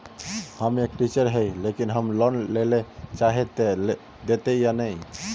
हम एक टीचर है लेकिन हम लोन लेले चाहे है ते देते या नय?